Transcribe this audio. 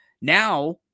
now